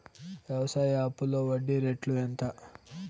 వ్యవసాయ అప్పులో వడ్డీ రేట్లు ఎంత?